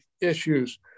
issues